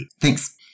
thanks